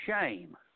shame